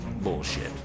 bullshit